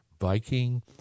Viking